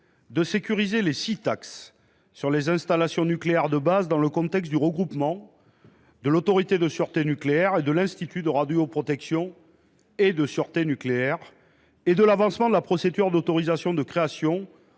de sécuriser les six taxes sur les installations nucléaires de base, dans le contexte du regroupement de l’Autorité de sûreté nucléaire (ASN) et de l’Institut de radioprotection et de sûreté nucléaire (IRSN), d’une part, et de l’avancement de la procédure d’autorisation de création,